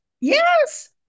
Yes